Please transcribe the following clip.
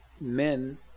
men